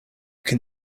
can